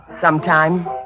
sometime